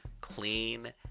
clean